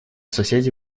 соседи